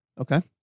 Okay